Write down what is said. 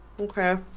Okay